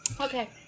Okay